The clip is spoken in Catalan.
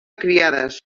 criades